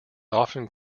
often